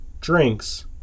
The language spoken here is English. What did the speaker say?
drinks